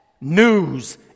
news